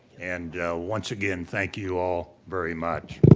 and once again, thank you all very much.